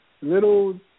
little